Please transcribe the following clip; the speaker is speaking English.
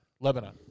Lebanon